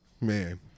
Man